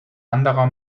anderer